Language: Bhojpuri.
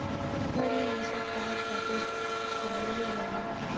दुनिया भर मे नसा करे खातिर खायल जाला